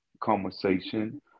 conversation